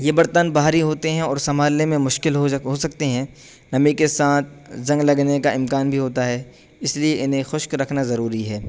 یہ برتن بہاری ہوتے ہیں اور سنبھالنے میں مشکل ہو جا ہو سکتے ہیں نمی کے ساتھ زنگ لگنے کا امکان بھی ہوتا ہے اس لیے انہیں خشک رکھنا ضروری ہے